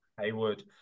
Haywood